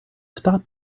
stop